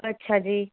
ਅੱਛਾ ਜੀ